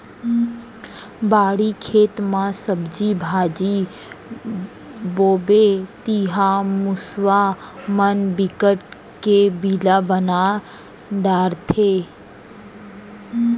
बाड़ी, खेत म सब्जी भाजी बोबे तिंहा मूसवा मन बिकट के बिला बना डारथे